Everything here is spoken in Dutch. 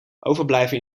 overblijven